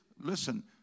listen